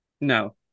No